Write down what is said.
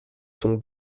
sont